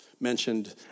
mentioned